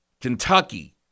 Kentucky